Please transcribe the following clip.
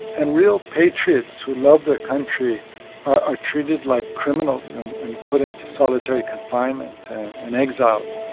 and real patriots who love their country are treated like criminals and and put into solitary confinement and exiled.